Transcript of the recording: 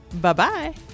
Bye-bye